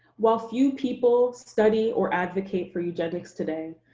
while few people study or advocate for eugenics today,